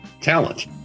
Talent